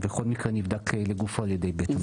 ובכל מקרה נבדק לגופו על ידי בית המשפט.